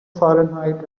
fahrenheit